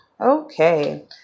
Okay